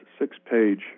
six-page